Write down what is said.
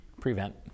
prevent